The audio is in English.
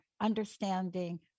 understanding